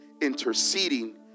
interceding